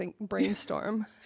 brainstorm